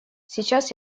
сейчас